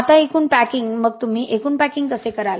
आता एकूण पॅकिंग मग तुम्ही एकूण पॅकिंग कसे कराल